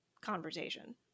conversation